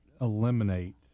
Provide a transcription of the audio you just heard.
eliminate